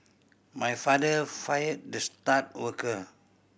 my father fired the star worker